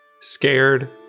scared